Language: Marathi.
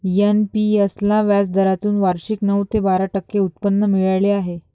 एन.पी.एस ला व्याजदरातून वार्षिक नऊ ते बारा टक्के उत्पन्न मिळाले आहे